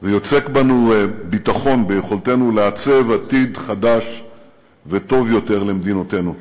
ויוצק בנו ביטחון ביכולתנו לעצב עתיד חדש וטוב יותר למדינותינו.